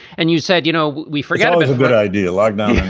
and you said, you know, we forget was a good idea lockdown